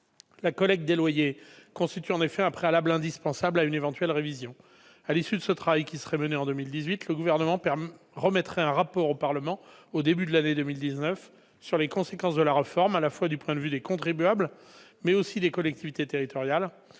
La collecte des loyers constitue en effet un préalable indispensable à une éventuelle révision. À l'issue de ce travail qui serait mené en 2018, le Gouvernement remettrait un rapport au Parlement au début de l'année 2019 sur les conséquences de la réforme du point de vue, tout à la fois, des contribuables et des collectivités territoriales.